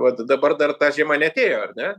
vat dabar dar ta žiema neatėjo ar ne